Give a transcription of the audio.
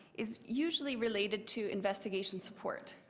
is usually related to investigation support.